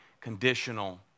conditional